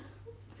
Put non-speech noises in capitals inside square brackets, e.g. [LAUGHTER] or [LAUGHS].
[LAUGHS]